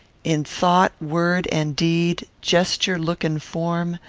in thought, word, and deed gesture, look, and form,